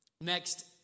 Next